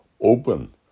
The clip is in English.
open